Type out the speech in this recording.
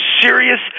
serious